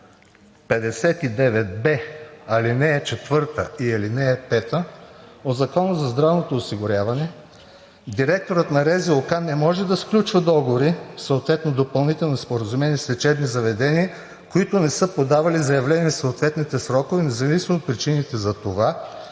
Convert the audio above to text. Закона за здравното осигуряване директорът на РЗОК не може да сключва договори, съответно допълнителни споразумения с лечебни заведения, които не са подавали заявления в съответните срокове, независимо от причините за това,